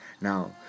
now